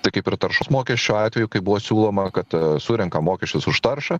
tai kaip ir taršos mokesčio atveju kaip buvo siūloma kad surenkam mokesčius už taršą